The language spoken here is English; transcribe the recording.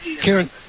Karen